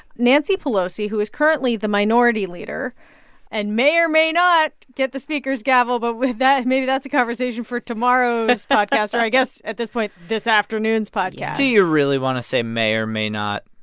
nancy pelosi, who is currently the minority leader and may or may not get the speaker's gavel but with that, maybe that's a conversation for tomorrow's podcast or, i guess, at this point, this afternoon's podcast do you really want to say may or may not?